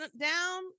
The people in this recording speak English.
down